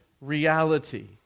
reality